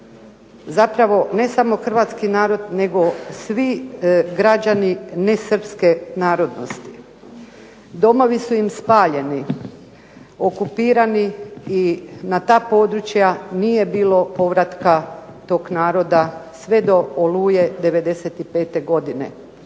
zapravo ne samo hrvatski narod nego svi građani nesrpske narodnosti. Domovi su im spaljeni, okupirani i na ta područja nije bilo povratka tog naroda sve do "Oluke" '95. godine.